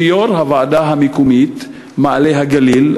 שיושב-ראש הוועדה המקומית מעלה-הגליל,